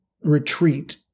retreat